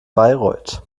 bayreuth